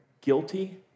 guilty